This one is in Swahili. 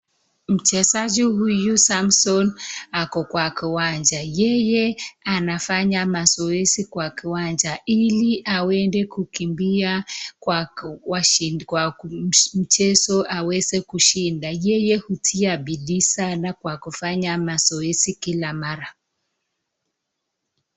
Mchezaji huyu Samson yuko kwenye kiwanja. Yeye anafanya mazoezi kwenye kiwanja ili aende kukimbia kwenye mchezo na aweze kushinda. Yeye hutia bidii sana kwa kufanya mazoezi kila mara.